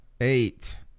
eight